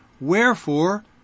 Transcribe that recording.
Wherefore